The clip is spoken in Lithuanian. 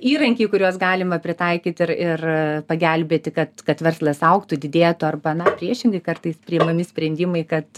įrankiai kuriuos galima pritaikyt ir ir pagelbėti kad kad verslas augtų didėtų arba na priešingai kartais priimami sprendimai kad